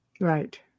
Right